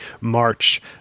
march